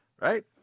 Right